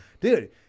dude